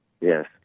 Yes